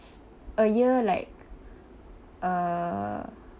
a year like uh